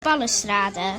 balustrade